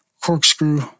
corkscrew